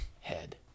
head